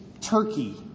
Turkey